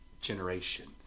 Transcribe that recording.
generation